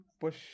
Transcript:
push